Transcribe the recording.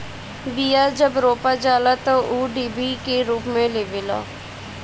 बिया जब रोपा जाला तअ ऊ डिभि के रूप लेवेला